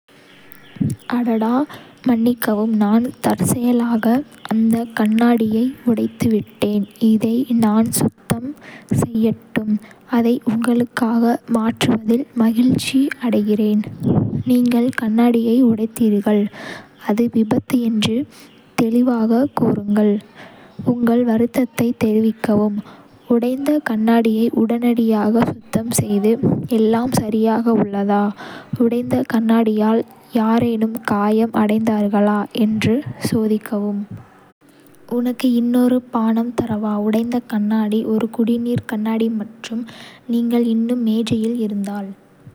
அடடா, மன்னிக்கவும்! நான் தற்செயலாக அந்தக் கண்ணாடியை உடைத்துவிட்டேன். இதை நான் சுத்தம் செய்யட்டும், அதை உங்களுக்காக மாற்றுவதில் மகிழ்ச்சி அடைகிறேன். நீங்கள் கண்ணாடியை உடைத்தீர்கள் அது விபத்து என்று தெளிவாகக் கூறுங்கள். உங்கள் வருத்தத்தை தெரிவிக்கவும் உடைந்த கண்ணாடியை உடனடியாக சுத்தம் செய்து, எல்லாம் சரியாக உள்ளதா. உடைந்த கண்ணாடியால் யாரேனும் காயம் அடைந்தார்களா என்று சோதிக்கவும்."உனக்கு இன்னொரு பானம் தரவா. உடைந்த கண்ணாடி ஒரு குடிநீர் கண்ணாடி மற்றும் நீங்கள் இன்னும் மேஜையில் இருந்தால்.